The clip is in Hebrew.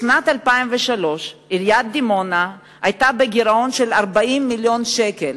בשנת 2003 עיריית דימונה היתה בגירעון של 40 מיליון שקל.